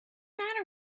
matter